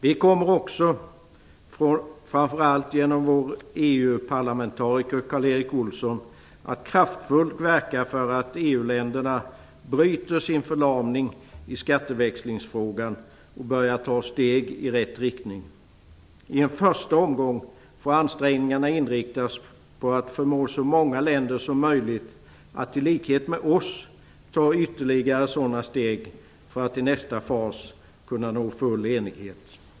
Vi kommer också, framför allt genom vår EU parlamentariker Karl-Erik Olsson, att kraftfullt verka för att EU-länderna bryter sin förlamning i skatteväxlingsfrågan och börjar ta steg i rätt riktning. I en första omgång får ansträngningarna inriktas på att förmå så många länder som möjligt att i likhet med oss ta ytterligare sådana steg för att i nästa fas kunna nå full enighet.